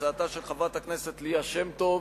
הצעתה של חברת הכנסת ליה שמטוב,